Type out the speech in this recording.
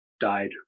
died